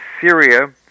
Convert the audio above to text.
Syria